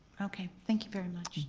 okay, thank you very much.